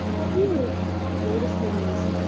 what we were noticing is,